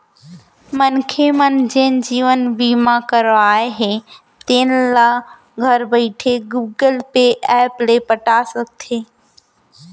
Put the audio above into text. मनखे मन जेन जीवन बीमा करवाए हें तेल ल घर बइठे गुगल पे ऐप ले पटा सकथे